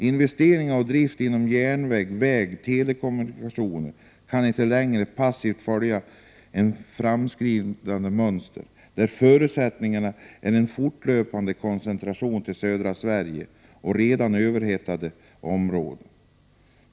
Investeringar och drift inom järnvägar, vägar och telekommunikationerna kan inte längre passivt följa ett framskrivet mönster med en fortlöpande koncentration i södra Sverige och redan överhettade områden.